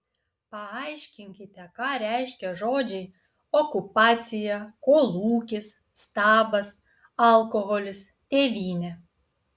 paaiškinkite ką reiškia žodžiai okupacija kolūkis stabas alkoholis tėvynė